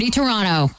Toronto